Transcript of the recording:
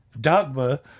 Dogma